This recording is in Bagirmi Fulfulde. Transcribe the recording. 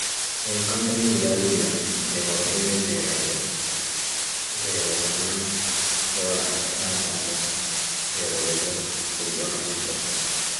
Audi mangoro be audi dukkuje. Bedo nyama dum on didi pat.